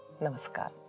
Namaskar